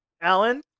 Alan